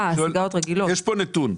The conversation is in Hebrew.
יש כאן נתון.